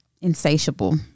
insatiable